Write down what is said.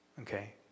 Okay